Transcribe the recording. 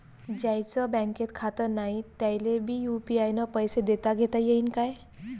ज्याईचं बँकेत खातं नाय त्याईले बी यू.पी.आय न पैसे देताघेता येईन काय?